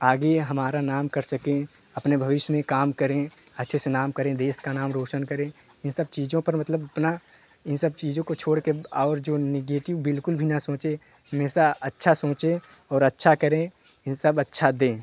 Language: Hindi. आगे हमारा नाम कर सकें अपने भविष्य में काम करें अच्छे से नाम करें देश का नाम रोशन करें इन सब चीज़ों पर मतलब इतना इन सब चीज़ों को छोड़कर और जो नेगेटिव बिलकुल भी ना सोचे हमेशा अच्छा सोचे और अच्छा करें यह सब अच्छा दें